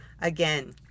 Again